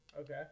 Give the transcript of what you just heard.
Okay